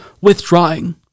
withdrawing